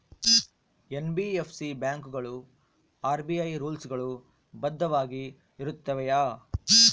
NBFC ಬ್ಯಾಂಕುಗಳು RBI rules ಗಳು ಬದ್ಧವಾಗಿ ಇರುತ್ತವೆಯ?